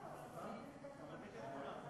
אנחנו צריכים להמשיך ולדאוג שהטובים ביותר יגיעו